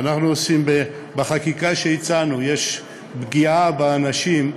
שבחקיקה שהצענו יש פגיעה באנשים,